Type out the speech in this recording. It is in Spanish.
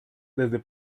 desde